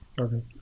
okay